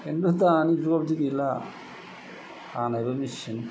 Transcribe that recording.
किन्तु दानि जुगाव बिदि गैला हानोबो मेचिन